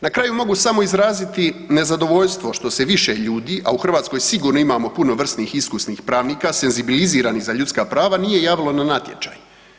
Na kraju mogu samo izraziti nezadovoljstvo što se više ljudi, a u Hrvatskoj sigurno imamo puno vrsnih, iskusnih pravnika, senzibiliziranih za ljudska prava, nije javilo na natječaj.